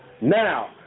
now